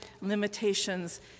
limitations